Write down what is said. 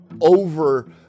over